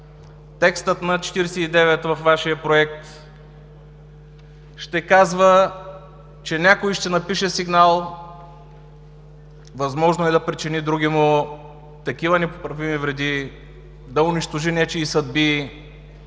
текстът на чл. 49 в във Вашия проект ще казва, че някой ще напише сигнал – възможно е да причини другиму такива непоправими вреди, да унищожи нечии съдби